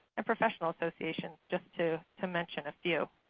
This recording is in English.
and professional associations, just to to mention a few.